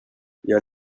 jag